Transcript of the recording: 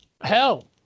Hell